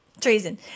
treason